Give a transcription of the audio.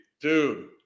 Dude